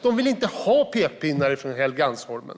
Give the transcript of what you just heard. De vill inte ha pekpinnar från Helgeandsholmen.